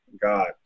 God